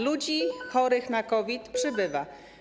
Ludzi chorych na COVID przybywa.